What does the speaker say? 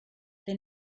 they